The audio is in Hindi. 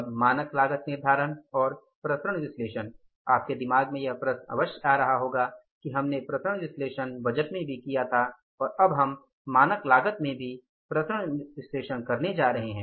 अब मानक लागत निर्धारण और विचरण विश्लेषण आपके दिमाग में यह प्रश्न अवश्य आ रहा होगा कि हमने विचरण विश्लेषण बजट में भी किया था और अब हम मानक लागत में भी विचरण विश्लेषण करने जा रहे हैं